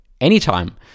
Anytime